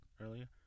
earlier